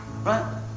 right